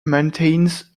maintains